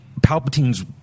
Palpatine's